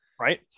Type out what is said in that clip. right